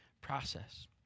process